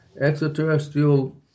extraterrestrial